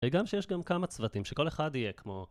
וגם שיש גם כמה צוותים שכל אחד יהיה כמו...